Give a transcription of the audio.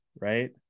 right